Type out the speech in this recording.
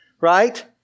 right